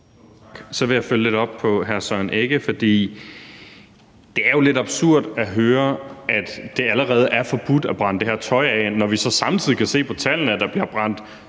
Så vil jeg følge lidt op på noget, hr. Søren Egge Rasmussen var inde på, for det er jo lidt absurd at høre, at det allerede er forbudt at brænde det her tøj af, når vi så samtidig kan se på tallene, at der bliver brændt